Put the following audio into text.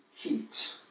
Heat